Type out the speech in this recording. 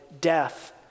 death